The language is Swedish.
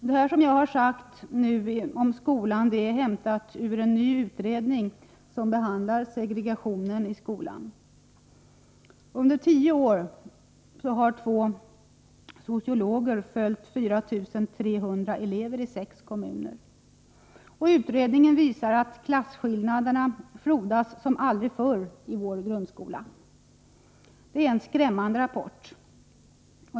Det som jag nu sagt om skolan är hämtat ur en ny utredning som behandlar segregationen i skolan. Under tio år har två sociologer följt 4 300 elever i sex kommuner. Utredningen visar att klasskillnaderna frodas som aldrig förr i vår grundskola. Det är en skrämmande rapport.